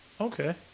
okay